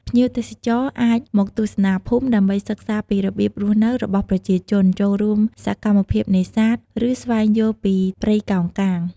ភ្ញៀវទេសចរអាចមកទស្សនាភូមិ ដើម្បីសិក្សាពីរបៀបរស់នៅរបស់ប្រជាជន ចូលរួមសកម្មភាពនេសាទ ឬស្វែងយល់ពីព្រៃកោងកាង។